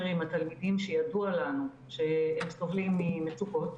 עם התלמידים שידוע לנו שהם סובלים ממצוקות